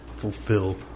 fulfill